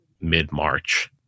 mid-March